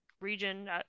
region